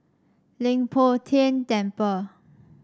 Leng Poh Tian Temple